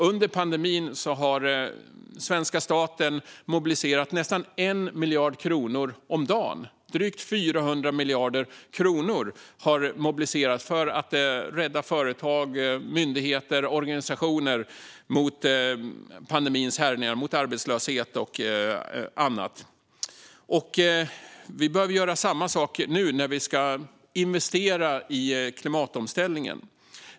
Under pandemin har svenska staten mobiliserat nästan 1 miljard kronor om dagen. Drygt 400 miljarder kronor har mobiliserats för att rädda företag, myndigheter och organisationer undan pandemins härjningar när det gäller arbetslöshet och annat. Vi behöver göra samma sak nu när vi ska investera i klimatomställningen.